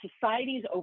society's